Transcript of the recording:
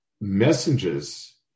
messengers